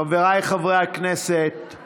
חבריי חברי הכנסת,